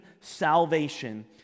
salvation